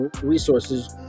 resources